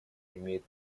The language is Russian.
имеет